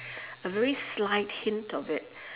a very slight hint of it